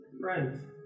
friends